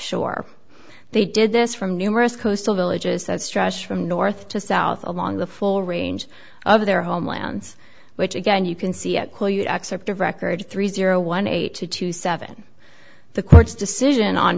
shore they did this from numerous coastal villages that stretch from north to south along the full range of their homelands which again you can see accepted record three zero one eight two two seven the court's decision on